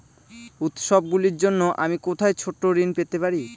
উত্সবগুলির জন্য আমি কোথায় ছোট ঋণ পেতে পারি?